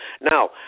Now